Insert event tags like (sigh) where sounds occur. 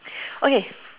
(noise) okay